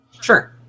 sure